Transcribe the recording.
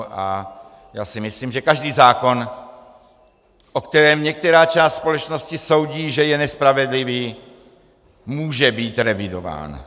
A já si myslím, že každý zákon, o kterém některá část společnosti soudí, že je nespravedlivý, může být revidován.